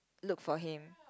look for him